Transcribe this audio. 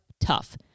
tough